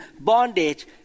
bondage